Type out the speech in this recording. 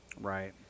Right